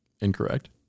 incorrect